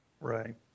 Right